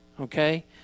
Okay